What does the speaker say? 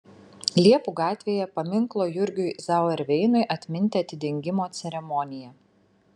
liepų gatvėje paminklo jurgiui zauerveinui atminti atidengimo ceremonija